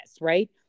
right